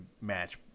match